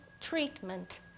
treatment